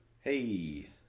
Hey